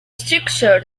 structure